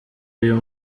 uyu